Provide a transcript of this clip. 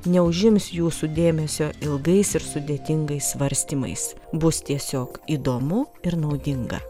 neužims jūsų dėmesio ilgais ir sudėtingais svarstymais bus tiesiog įdomu ir naudinga